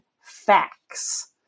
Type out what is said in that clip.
facts